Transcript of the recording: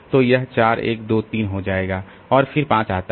तो यह 4 1 2 3 हो जाएगा और फिर 5 आता है